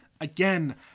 again